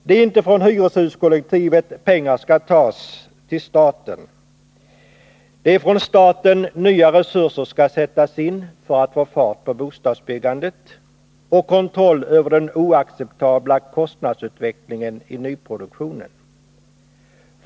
Det är inte från hyreshuskollektivet pengar skall tas till staten. Det är från staten nya resurser skall sättas in för att få fart på bostadsbyggandet och kontroll över den oacceptabla kostnadsutvecklingen i nyproduktionen.